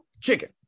Chicken